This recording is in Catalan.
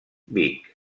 vic